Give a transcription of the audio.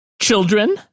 Children